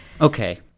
Okay